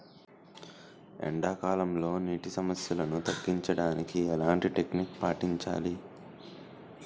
ఎండా కాలంలో, నీటి సమస్యలను తగ్గించడానికి ఎలాంటి టెక్నిక్ పాటించాలి?